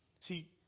See